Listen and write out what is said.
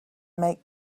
make